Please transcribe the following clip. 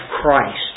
Christ